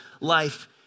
life